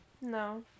No